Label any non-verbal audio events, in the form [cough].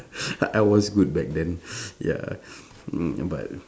[breath] I was good back then [breath] ya [breath] mm but